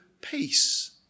peace